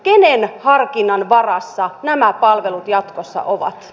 kenen harkinnan varassa nämä palvelut jatkossa ovat